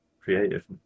creative